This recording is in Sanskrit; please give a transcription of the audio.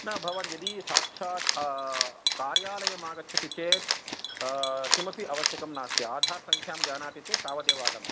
न भवान् यदि साक्षात् कार्यालयम् आगच्छति चेत् किमपि आवश्यकं नास्ति आधार् संख्यां जानाति चेत् तावदेव अलम्